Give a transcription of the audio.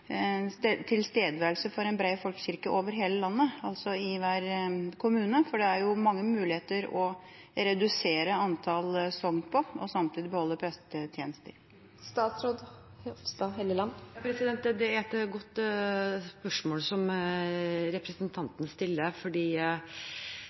tilstedeværelse av en bred folkekirke over hele landet, i hver kommune. For det er mange muligheter for å redusere antall sogn, og samtidig beholde prestetjenester. Det er et godt spørsmål representanten stiller. Det gjør også at det nå er